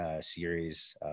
series